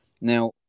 Now